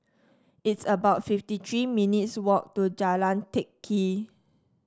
it's about fifty three minutes' walk to Jalan Teck Kee